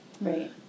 right